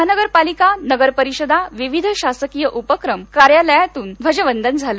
महानगरपालिका नगरपरिषदा विविध शासकीय उपक्रम कार्यालयांतून ध्वजवंदन झालं